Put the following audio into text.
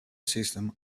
system